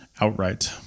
outright